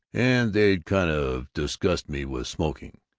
and they'd kind of disgust me with smoking.